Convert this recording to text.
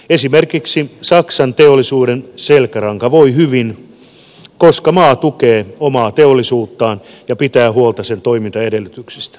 esimerkiksi saksan teollisuuden selkäranka voi hyvin koska maa tukee omaa teollisuuttaan ja pitää huolta sen toimintaedellytyksistä